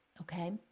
Okay